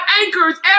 anchors